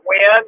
win